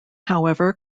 however